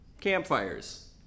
campfires